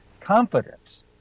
confidence